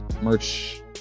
Merch